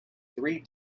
three